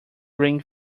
ring